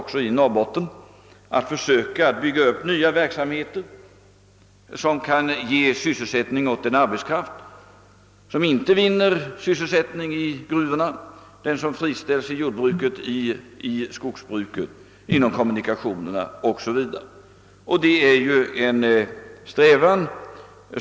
Vi måste försöka bygga upp en ny verksamhet som kan ge sysselsättning åt den arbetskraft som friställs inom jordbruket, skogsbruket, kommunikationerna 0. S. v. och som inte kan finna sysselsättning i gruvorna.